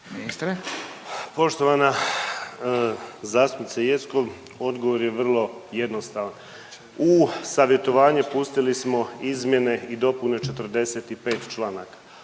(HDZ)** Poštovana zastupnice Jeckov. Odgovor je vrlo jednostavan. U savjetovanju pustili smo izmjene i dopune 45 članaka.